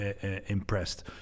impressed